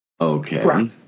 okay